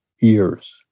years